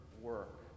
work